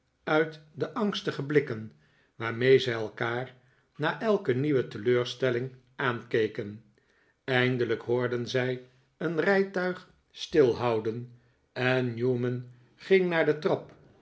uit de angstige blikken waarmee zij elkaar na elke nieuwe teleurstelling aankeken eindelijk hoorden zij een rijtuig stilhouden en newman ging naar de trap